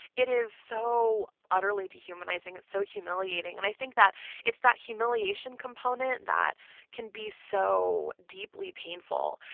it is so utterly dehumanizing. it's so humiliating. and i think that it's that humiliation component that can be so deeply painful.